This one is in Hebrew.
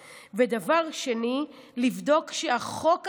2. לבדוק שהחוק הזה,